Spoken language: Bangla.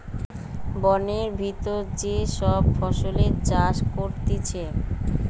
বোনের ভিতর যে সব ফসলের চাষ করতিছে